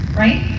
right